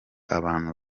abantu